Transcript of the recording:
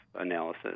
analysis